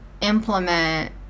implement